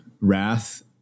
Wrath